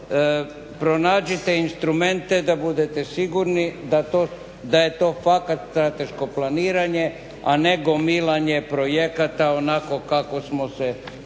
pronađite instrumente da budete sigurni da je to fakat strateško planiranje, a ne gomilanje projekata onako kako smo se